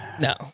No